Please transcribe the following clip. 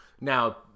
Now